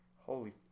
holy